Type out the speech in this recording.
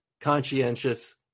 conscientious